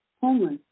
Homeless